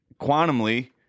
quantumly